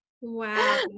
Wow